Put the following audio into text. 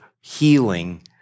healing